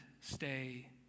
stay